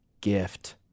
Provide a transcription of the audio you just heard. gift